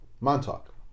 Montauk